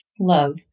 love